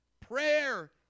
Prayer